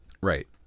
Right